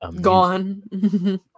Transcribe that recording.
Gone